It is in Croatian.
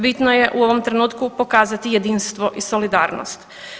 Bitno je u ovom trenutku pokazati jedinstvo i solidarnost.